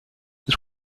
this